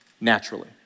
naturally